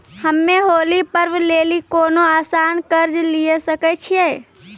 हम्मय होली पर्व लेली कोनो आसान कर्ज लिये सकय छियै?